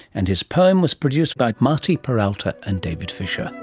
and his poem was produced by marty peralta and david fisher